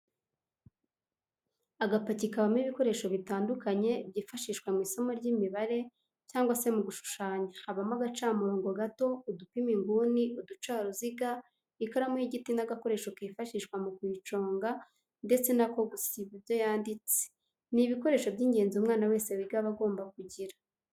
Agapaki kabamo ibikoresho bitandukanye byifashishwa mu isomo ry'imibare cyangwa se mu gushushanya habamo agacamurobo gato, udupima inguni, uducaruziga ,ikaramu y'igiti n'agakoresho kifashishwa mu kuyiconga ndetse n'ako gusiba ibyo yanditse, ni ibikoresho by'ingenzi umwana wese wiga aba agomba kugira.